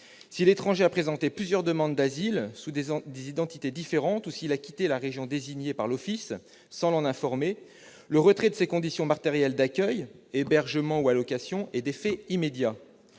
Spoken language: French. si l'étranger a présenté plusieurs demandes d'asile sous des identités différentes ou s'il a quitté la région désignée par l'OFII sans en informer celui-ci. Le retrait de ces conditions matérielles d'accueil- hébergement ou allocation -est d'effet immédiat.